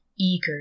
eager